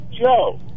Joe